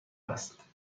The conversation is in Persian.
است